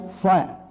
fire